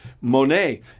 Monet